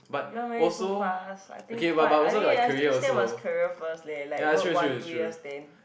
you want married so fast I think quite I think I still think still must career first leh like work one two years then